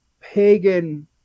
pagan